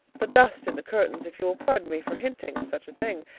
the dust in the curtains, if you will pardon me for hinting such a thing,